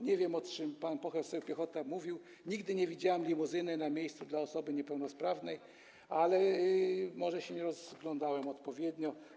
Nie wiem, o czym pan poseł Piechota mówił, nigdy nie widziałem limuzyny na miejscu dla osoby niepełnosprawnej, ale może nie rozglądałem się odpowiednio.